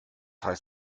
heißt